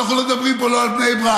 אנחנו לא מדברים פה לא על בני ברק,